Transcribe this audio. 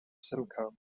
simcoe